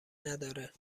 نداره